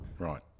Right